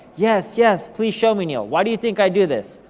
yes, yes, please show me neil. why do you think i do this?